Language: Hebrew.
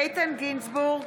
איתן גינזבורג,